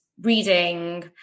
reading